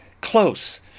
close